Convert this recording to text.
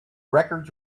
records